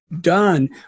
done